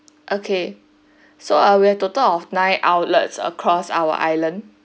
okay so err we have total of nine outlets across our island